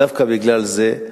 דווקא בגלל זה,